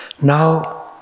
Now